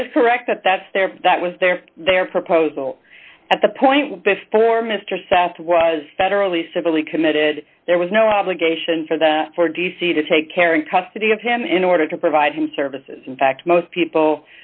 that is correct that that's there that was their their proposal at the point before mr south was federally civilly committed there was no obligation for that for d c to take care and custody of him in order to provide him services in fact most people